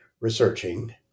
researching